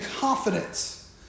confidence